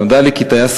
נודע לי כי טייס